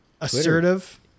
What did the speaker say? assertive